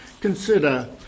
consider